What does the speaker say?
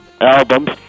albums